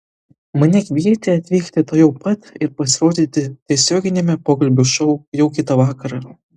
mane kvietė atvykti tuojau pat ir pasirodyti tiesioginiame pokalbių šou jau kitą vakarą